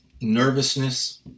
nervousness